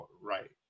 right